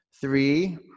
Three